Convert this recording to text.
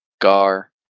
Gar